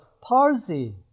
Parsi